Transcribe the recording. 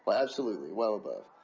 absolutely, well above.